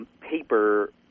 paper